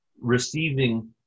receiving